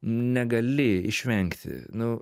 negali išvengti nu